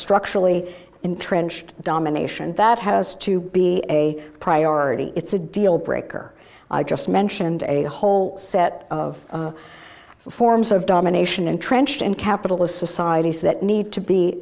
structurally entrenched domination that has to be a priority it's a deal breaker i just mentioned a whole set of forms of domination entrenched in capitalist societies that need to be